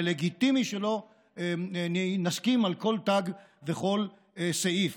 ולגיטימי שלא נסכים על כל תג וכל סעיף,